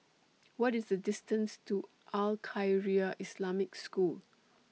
What IS The distance to Al Khairiah Islamic School